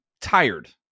tired